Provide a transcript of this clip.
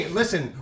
listen